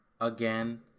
again